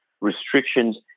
restrictions